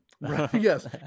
Yes